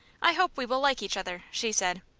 i hope we will like each other, she said.